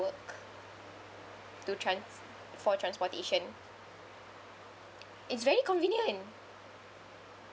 work to trans~ for transportation it's very convenient